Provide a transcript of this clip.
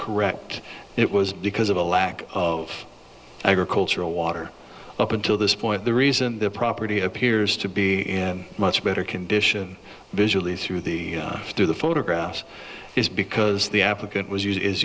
correct it was because of a lack of agricultural water up until this point the reason the property appears to be in much better condition visually through the through the photographs is because the applicant was hughes is